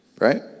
right